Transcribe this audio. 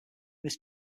this